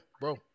bro